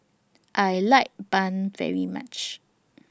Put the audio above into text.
I like Bun very much